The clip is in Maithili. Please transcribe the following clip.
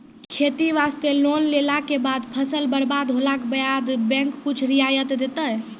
खेती वास्ते लोन लेला के बाद फसल बर्बाद होला के बाद बैंक कुछ रियायत देतै?